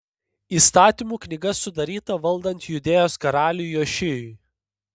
įstatymų knyga sudaryta valdant judėjos karaliui jošijui